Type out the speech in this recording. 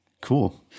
Cool